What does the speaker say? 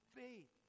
faith